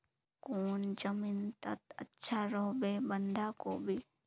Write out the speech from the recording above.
कौन जमीन टत अच्छा रोहबे बंधाकोबी?